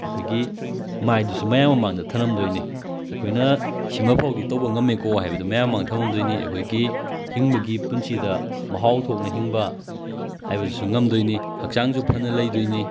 ꯑꯩꯈꯣꯏꯒꯤ ꯃꯥꯏꯗꯨꯁꯨ ꯃꯌꯥꯝ ꯃꯃꯥꯡꯗ ꯊꯃꯝꯗꯣꯏꯅꯤ ꯑꯩꯈꯣꯏꯅ ꯁꯤꯃꯐꯧꯗꯤ ꯇꯧꯕ ꯉꯝꯃꯦꯀꯣ ꯍꯥꯏꯕꯗꯨ ꯃꯌꯥꯝ ꯃꯥꯡꯗ ꯊꯃꯝꯗꯣꯏꯅꯤ ꯑꯩꯈꯣꯏꯒꯤ ꯍꯤꯡꯕꯒꯤ ꯄꯨꯟꯁꯤꯗ ꯃꯍꯥꯎ ꯊꯣꯛꯅ ꯍꯤꯡꯕ ꯍꯥꯏꯕꯗꯨꯁꯨ ꯉꯝꯗꯣꯏꯅꯤ ꯍꯛꯆꯥꯡꯁꯨ ꯐꯅ ꯂꯩꯗꯣꯏꯅꯤ